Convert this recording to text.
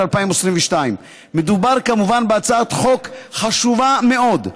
2022. מדובר כמובן בהצעת חוק חשובה מאוד,